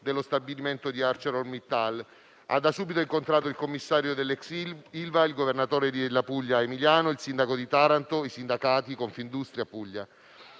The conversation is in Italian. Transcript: allo stabilimento di ArcelorMittal, incontrando da subito il commissario dell'*ex* Ilva, il governatore della Puglia, Emiliano, il sindaco di Taranto, i sindacati e Confindustria Puglia.